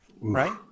right